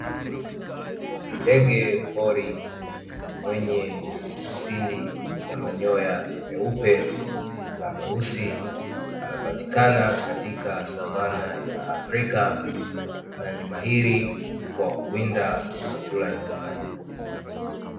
Ndege pori mwenye asili ya manyoya meupe na meusi, anapatikana katika savana ya Afrika, na ni mahiri kwa kuwinda na kula nyoka.